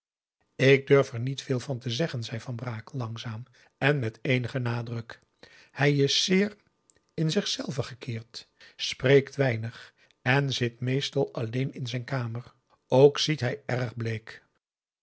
ik durf er niet veel van zeggen zei van brakel langzaam en met eenigen nadruk hij is zeer in zichzelven gekeerd spreekt weinig en zit meestal alleen in zijn kamer ook ziet hij erg bleek